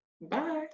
bye